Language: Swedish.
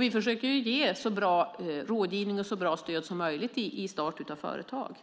Vi försöker ge så bra rådgivning och så bra stöd som möjligt i start av företag.